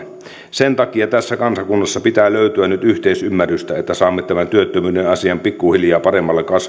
sen takia tässä kansakunnassa pitää löytyä nyt yhteisymmärrystä että saamme tämän työttömyysasian pikkuhiljaa paremmalle